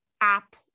app